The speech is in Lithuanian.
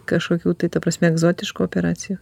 kažkokių tai ta prasme egzotiškų operacijų